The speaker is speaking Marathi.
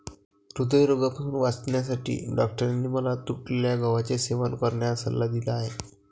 हृदयरोगापासून वाचण्यासाठी डॉक्टरांनी मला तुटलेल्या गव्हाचे सेवन करण्याचा सल्ला दिला आहे